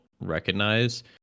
recognize